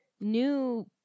New